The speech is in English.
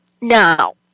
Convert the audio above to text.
Now